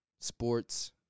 sports